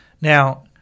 Now